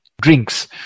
drinks